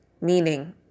Meaning